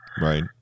Right